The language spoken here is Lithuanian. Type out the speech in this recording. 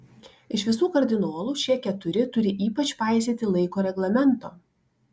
iš visų kardinolų šie keturi turi ypač paisyti laiko reglamento